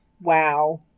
Wow